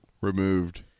removed